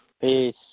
Peace